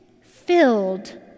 filled